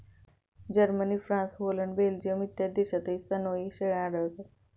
Germany, France, Holland, Belgium इत्यादी देशांतही सनोई शेळ्या आढळतात